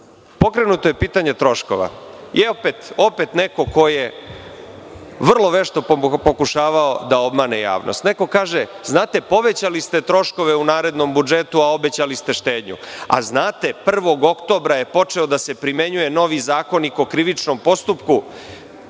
rade. Pokrenuto je pitanje troškova i opet neko ko je vrlo vešto pokušavao da obmane javnost. Neko kaže – znate, povećali ste troškove u narednom budžetu, a obećali ste štednju. A znate, 1. oktobra je počeo da se primenjuje novi Zakonik o krivičnom postupku,